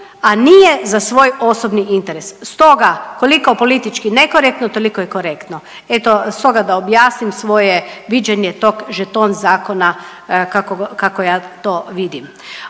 a nije za svoj osobni interes. Stoga koliko je politički nekorektno toliko je korektno. Eto stoga da objasnim svoje viđenje tog žeton zakona kako, kako ja to vidim.